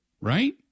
Right